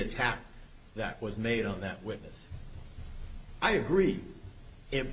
attack that was made on that witness i agree